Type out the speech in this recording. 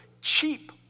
cheap